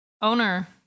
owner